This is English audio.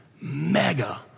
mega